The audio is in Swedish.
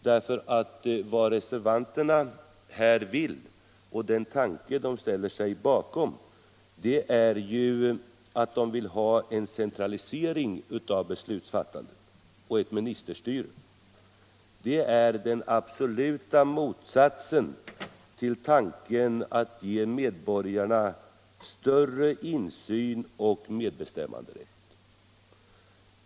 Den tanke som reservanterna här ställer sig bakom är ju att man skall ha en centralisering av beslutsfattandet — och ett ministerstyre. Det är den absoluta motsatsen till tanken att ge medborgarna större insyn och medbestämmanderätt.